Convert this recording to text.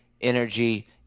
energy